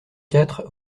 quatre